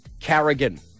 Carrigan